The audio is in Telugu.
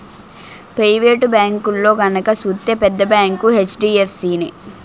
పెయివేటు బేంకుల్లో గనక సూత్తే పెద్ద బేంకు హెచ్.డి.ఎఫ్.సి నే